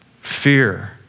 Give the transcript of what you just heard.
fear